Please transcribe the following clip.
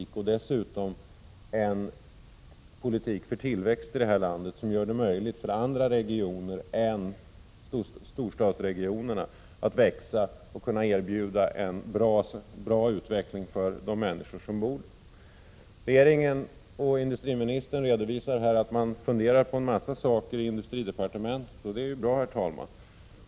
Det gäller dessutom en politik för tillväxt i vårt land som gör det möjligt för andra regioner än storstadsregionerna att växa och erbjuda en bra utveckling för de människor som bor där. Regeringen och industriministern redovisar här att man funderar på en mängd saker i industridepartementet, och det är ju bra.